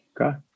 Okay